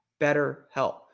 BetterHelp